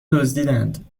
دزدیدند